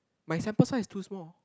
my sample size is too small